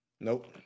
Nope